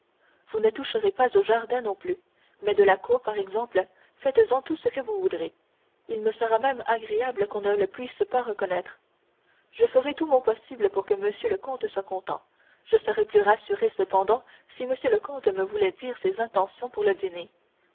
vous ne toucherez pas au jardin non plus mais de la cour par exemple faites-en tout ce que vous voudrez il me sera même agréable qu'on ne la puisse pas reconnaître je ferai tout mon possible pour que monsieur le comte soit content je serais plus rassuré cependant si monsieur le comte me voulait dire ses intentions pour le dîner